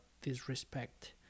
disrespect